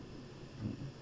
mm